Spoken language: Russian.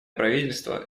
правительство